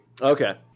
Okay